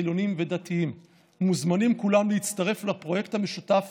חילונים ודתיים מוזמנים כולם להצטרף לפרויקט המשותף